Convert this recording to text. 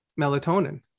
melatonin